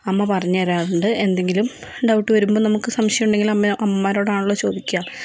അമ്മ പറഞ്ഞ് തരാറുണ്ട് എന്തെങ്കിലും ഡൗട്ട് വരുമ്പോൾ നമുക്ക് സംശയം ഉണ്ടെങ്കിൽ അമ്മയൊ അമ്മമാരോടാണല്ലോ ചോദിക്കുക